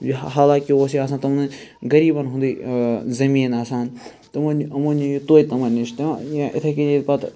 یہِ حالانٛکہِ اوس یہِ آسان تِمَن ٲسۍ غریٖبَن ہُنٛدُے زٔمیٖن آسان تِمَن یِمو نِی یہِ توتہِ تِمَن نِش یا یِتھے کٔنۍ ییٚلہِ پَتہٕ